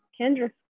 Kendra